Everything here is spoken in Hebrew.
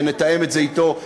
שנתאם את זה אתו,